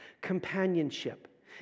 companionship